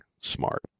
smart